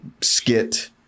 skit